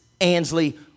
ansley